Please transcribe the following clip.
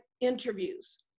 interviews